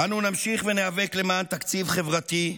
אנו נמשיך וניאבק למען תקציב חברתי,